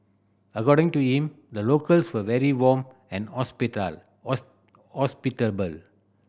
according to him the locals were very warm and hospitable